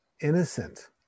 innocent